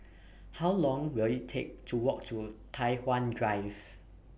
How Long Will IT Take to Walk to Tai Hwan Drive